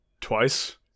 twice